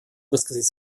высказать